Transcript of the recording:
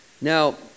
Now